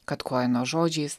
kad koeno žodžiais